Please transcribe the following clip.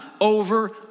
over